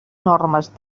normes